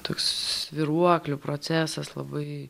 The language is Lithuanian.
toks svyruoklių procesas labai